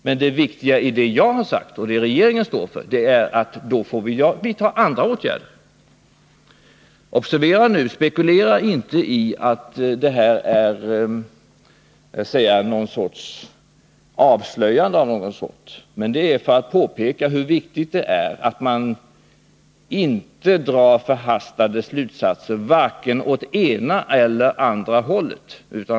Men det viktiga i det jag har sagt och i det som regeringen står för är att vi då får vidta andra åtgärder. Observera nu: Spekulera nu inte i att det här är ett avslöjande av någon sort! Det är bara sagt för att påpeka hur viktigt det är att inte dra förhastade slutsater, vare sig åt det ena eller det andra hållet.